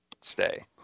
stay